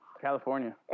California